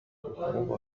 صعوبة